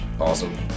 awesome